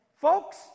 folks